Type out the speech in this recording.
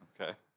Okay